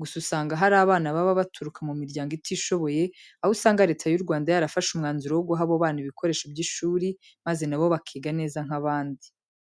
Gusa usanga hari abana baba baturuka mu miryango itishoboye, aho usanga Leta y'u Rwanda yarafashe umwanzuro wo guha abo bana ibikoresho by'ishuri maze na bo bakiga neza nk'abandi.